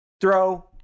throw